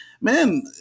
man